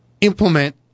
implement